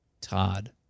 Todd